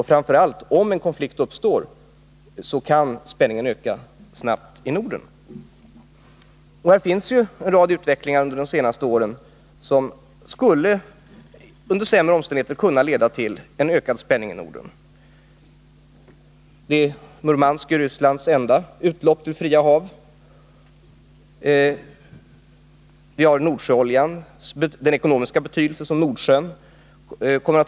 Och om en konflikt uppstår, kan spänningen öka snabbt i Norden. Det finns en rad utvecklingstendenser under de senaste åren som, under sämre omständigheter, skulle kunna leda till en ökad spänning i Norden. Murmansk ligger vid Rysslands enda utlopp i fritt hav. Nordsjön kommer i framtiden att få stor ekonomisk betydelse på grund av oljefyndigheterna.